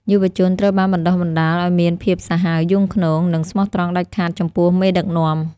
យុវជនត្រូវបានបណ្តុះបណ្តាលឱ្យមានភាពសាហាវយង់ឃ្នង និងស្មោះត្រង់ដាច់ខាតចំពោះមេដឹកនាំ។